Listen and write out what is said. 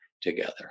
together